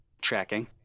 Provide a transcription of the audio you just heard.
Tracking